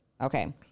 Okay